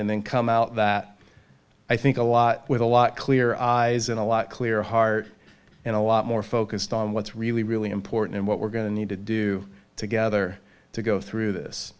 and then come out that i think a lot with a lot clearer eyes and a lot clearer heart and a lot more focused on what's really really important and what we're going to need to do together to go through this